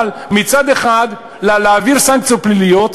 אבל מצד אחד להעביר סנקציות פליליות,